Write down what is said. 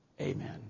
Amen